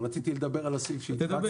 אבל רציתי לדבר על הסעיף הזה.